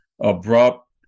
abrupt